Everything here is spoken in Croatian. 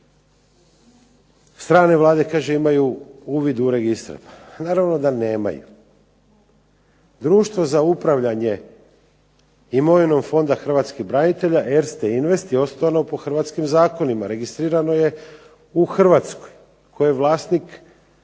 Strane Vlade kažu imaju uvid u registar. Pa naravno da nemaju. Društvo za upravljanje imovinom Fonda hrvatskih branitelja Erste invest je osnovano po hrvatskim zakonima, registrirano je u Hrvatskoj. Tko je vlasnik